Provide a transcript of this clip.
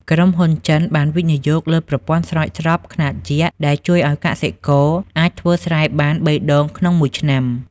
ក្រុមហ៊ុនចិនបានវិនិយោគលើប្រព័ន្ធស្រោចស្រពខ្នាតយក្ស ដែលជួយឱ្យកសិករអាចធ្វើស្រែបាន ៣ ដងក្នុងមួយឆ្នាំ។